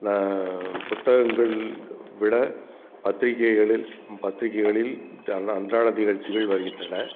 நான் புத்தகங்கள் விட பத்திரிகைகளில் பத்திரிகைகளில் தின அன்றாட நிகழ்ச்சிகள் வருகின்றன